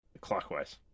clockwise